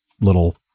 little